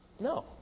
No